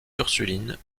ursulines